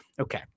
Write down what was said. Okay